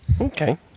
Okay